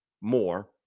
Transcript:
more